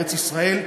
בארץ-ישראל,